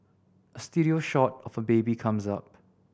a studio shot of a baby comes up